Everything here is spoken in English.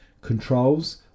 controls